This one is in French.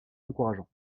encourageants